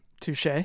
touche